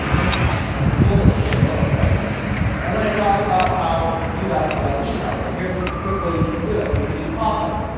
and she sold a shit-load. and then i talked about how you gotta collect emails, and here's some quick ways you can do it. you could do popups.